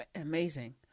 amazing